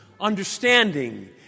understanding